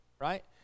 right